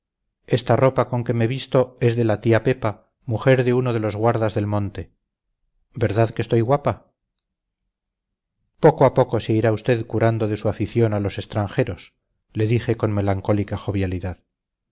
esta ropa con que me visto es de la tía pepa mujer de uno de los guardas del monte verdad que estoy guapa poco a poco se irá usted curando de su afición a los extranjeros le dije con melancólica jovialidad